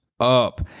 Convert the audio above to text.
Up